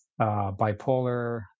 bipolar